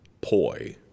poi